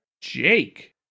Jake